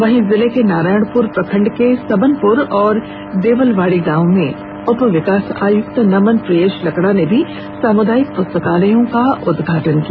वहीं जिले के नारायणपुर प्रखंड के सबनपुर और देवलवाड़ी गांव में उपविकास आयक्त नमन प्रियेश लकड़ा ने भी सामुदायिक पुस्तकालयों का उद्घाटन किया